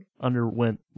underwent